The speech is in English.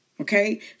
Okay